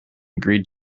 agreed